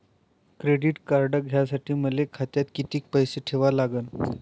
Credit card घ्यासाठी मले खात्यात किती पैसे ठेवा लागन?